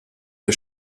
der